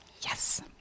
Yes